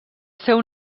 seu